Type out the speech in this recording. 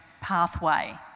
pathway